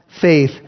faith